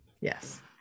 Yes